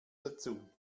dazu